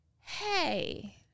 Hey